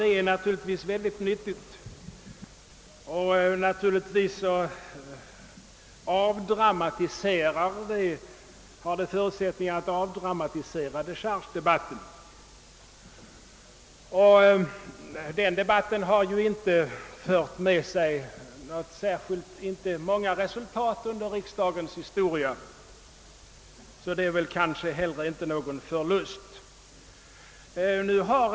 Det är naturligtvis mycket nyttigt, och givetvis har det förutsättningar att avdramatisera dechargedebatten. Den debatten har ju inte fört med sig många resultat under riksdagens historia. Det är därför kanske inte heller någon förlust.